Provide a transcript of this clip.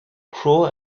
cruel